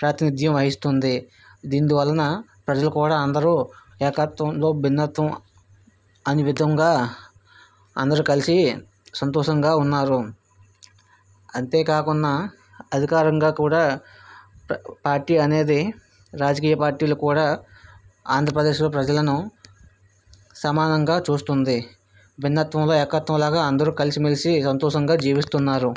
ప్రాతినిథ్యం వహిస్తుంది దీనివలన ప్రజలు కూడా అందరూ ఏకత్వంలో భిన్నత్వం అని విధంగా అందరూ కలిసి సంతోషంగా ఉన్నారు అంతేకాకుండా అధికారంగా కూడా పార్టీ అనేది రాజకీయ పార్టీలు కూడా ఆంధ్రప్రదేశ్లో ప్రజలను సమానంగా చూస్తుంది భిన్నత్వంలో ఏకత్వంలాగా అందరూ కలిసిమెలిసి సంతోషంగా జీవిస్తున్నారు